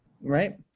Right